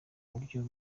buryo